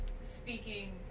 speaking